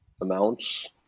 Amounts